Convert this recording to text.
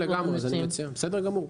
בסדר גמור.